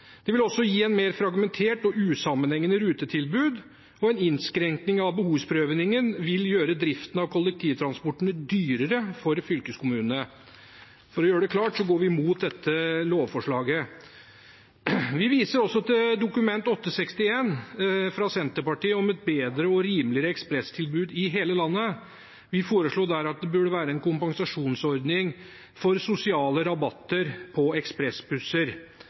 Det vil også gi et mer fragmentert og usammenhengende rutetilbud, og en innskrenkning av behovsprøvingen vil gjøre driften av kollektivtransporten dyrere for fylkeskommunene. For å gjøre det klart: Vi går imot dette lovforslaget. Vi viser også til Dokument 8:61 S for 2018–2019, fra Senterpartiet, om et bedre og rimeligere ekspresstilbud i hele landet. Vi foreslo der at det burde være en kompensasjonsordning for sosiale rabatter på ekspressbusser.